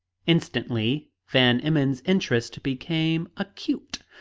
instantly van emmon's interest became acute.